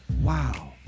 Wow